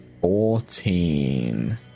Fourteen